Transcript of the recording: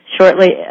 shortly